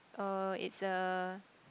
uh it's a